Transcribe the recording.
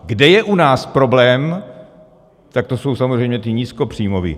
Kde je u nás problém, tak to jsou samozřejmě ti nízkopříjmoví.